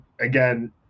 again